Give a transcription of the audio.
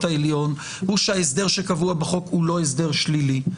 העליון הוא שההסדר שקבוע בחוק הוא לא הסדר שלילי.